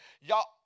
Y'all